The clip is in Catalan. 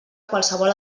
qualsevol